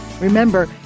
Remember